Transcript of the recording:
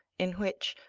in which,